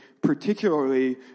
particularly